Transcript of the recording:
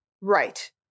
Right